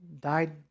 died